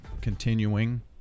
continuing